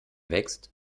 wächst